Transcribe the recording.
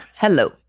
hello